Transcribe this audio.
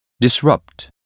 Disrupt